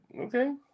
Okay